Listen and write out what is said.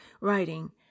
writing